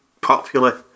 popular